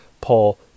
Paul